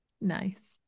nice